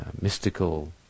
mystical